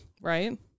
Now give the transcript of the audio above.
Right